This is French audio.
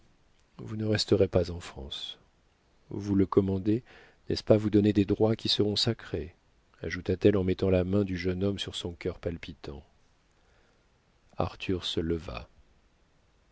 vous ne resterez pas en france vous le commander n'est-ce pas vous donner des droits qui seront sacrés ajouta-t-elle en mettant la main du jeune homme sur son cœur palpitant arthur se leva